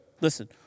listen